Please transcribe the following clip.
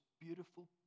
beautiful